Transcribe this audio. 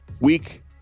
week